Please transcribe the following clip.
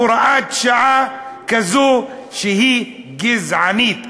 הוראת שעה כזו שהיא גזענית,